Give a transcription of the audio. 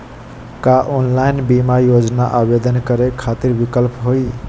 का ऑनलाइन बीमा योजना आवेदन करै खातिर विक्लप हई?